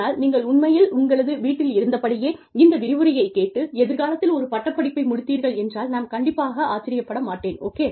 ஆனால் நீங்கள் உண்மையில் உங்களது வீட்டில் இருந்தப் படியே இந்த விரிவுரையை கேட்டு எதிர்காலத்தில் ஒரு பட்டப் படிப்பை முடித்தீர்கள் என்றால் நான் கண்டிப்பாக ஆச்சரியப்பட மாட்டேன் ஓகே